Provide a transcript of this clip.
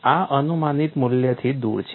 આ અનુમાનિત મૂલ્યથી દૂર છે